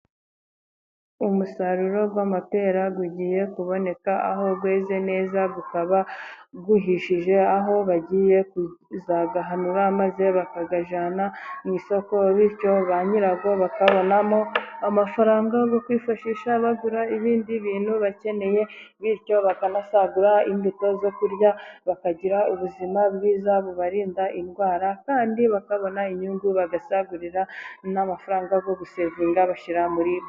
Umusaruro w'amapera ugiye kuboneka, aho weze neza ukaba uhishije, aho bagiye kuzayahanura, maze bakayajyana mu isoko, bityo ba nyirawo bakabonamo, amafaranga yo kukwifashisha bagura ibindi bintu bakeneye, bityo bakanasagura imbuto zo kurya, bakagira ubuzima bwiza bubarinda indwara, kandi bakabona inyungu bagasagurira n'amafaranga yo gusevinga bashyira muri.........